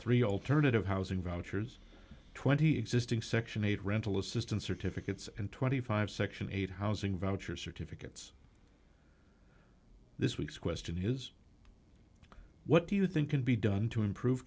three alternative housing vouchers twenty existing section eight rental assistance or to fits and twenty five section eight housing voucher certificates this week's question is what do you think can be done to improve